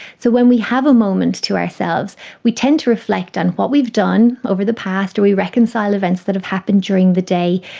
so when we have a moment to ourselves we tend to reflect on what we've done over the past, we reconcile events that have happened during the day,